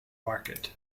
market